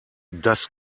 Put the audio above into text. das